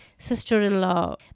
Sister-in-law